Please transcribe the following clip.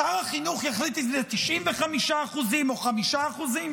שר החינוך יחליט אם זה 95% או 5%?